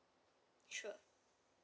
sure